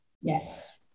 Yes